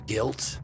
guilt